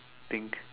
think